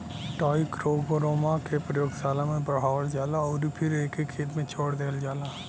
trichogramma के प्रयोगशाला में बढ़ावल जाला अउरी फिर एके खेत में छोड़ देहल जाला